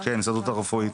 ההסתדרות הרפואית,